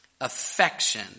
affection